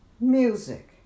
music